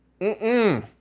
mm-mm